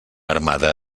armada